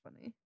funny